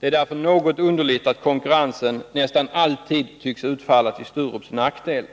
Det är därför något underligt att konkurrensen alltid tycks utfalla till Sturups nackdel.